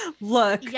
look